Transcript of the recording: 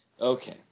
Okay